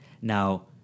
Now